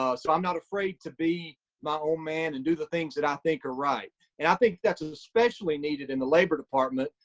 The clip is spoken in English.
ah so i'm not afraid to be my own man, and do the things that i think are right. and i think that's especially needed in the labor department,